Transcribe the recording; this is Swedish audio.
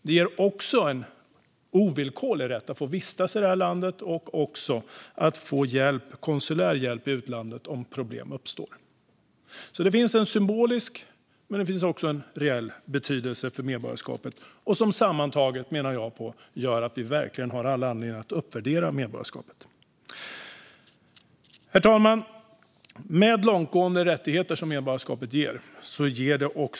Det ger även en ovillkorlig rätt att få vistas i landet och att få konsulär hjälp i utlandet om problem uppstår. Både denna symboliska och reella betydelse av medborgarskapet gör att vi har all anledning att uppvärdera medborgarskapet. Herr talman! Ett medborgarskap ger långtgående rättigheter.